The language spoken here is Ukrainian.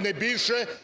не більше